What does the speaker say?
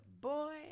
boy